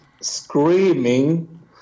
screaming